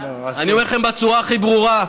אני אומר לכם בצורה הכי ברורה,